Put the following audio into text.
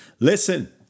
Listen